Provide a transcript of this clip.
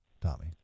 tommy